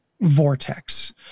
vortex